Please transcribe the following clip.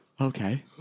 okay